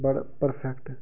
بَڈٕ پرفیٚکٹہٕ